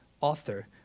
author